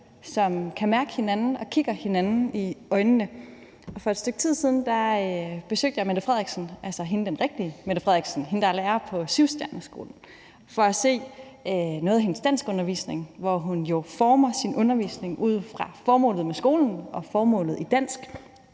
som kan mærke hinanden og kigger hinanden i øjnene. For et stykke tid siden besøgte jeg Mette Frederiksen – altså den rigtige Mette Frederiksen, hende, der er lærer på Syvstjerneskolen – for at overvære noget af hendes danskundervisning, som hun jo former ud fra formålet med skolen og formålet i dansk.